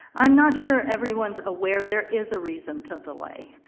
i'm not sure everyone's aware, there is a reason to delay.